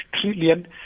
trillion